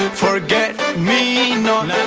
forget me not.